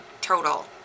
total